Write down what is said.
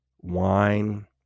wine